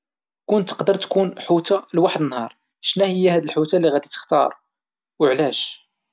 كون تقدر تكون حوتة لواحد النهار، شناهيا هاد الحوتة اللي غتدي تختار وعلاش؟